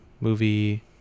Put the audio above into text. movie